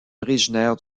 originaire